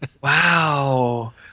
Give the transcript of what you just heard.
wow